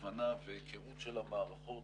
הבנה והכרות של המערכות,